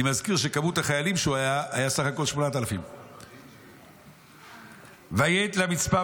אני מזכיר שכמות החיילים שהייתה הייתה בסך הכול 8,000. "ויט למצפה